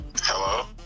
Hello